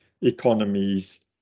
economies